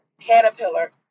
caterpillar